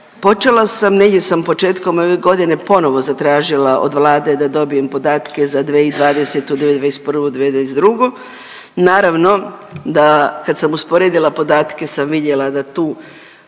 Počela sam, negdje sam početkom ove godine ponovo zatražila do Vlade da dobijem podatke za 2020., 2021., 2022., naravno da kad sam usporedila podatke sam vidjela da tu